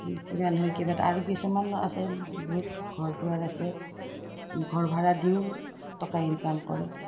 কিবা নহয় কিবা এটা আৰু কিছুমান আছে বহুত ঘৰ দুৱাৰ আছে ঘৰ ভাড়া দিও টকা ইনকাম কৰে